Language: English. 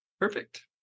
Perfect